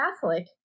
Catholic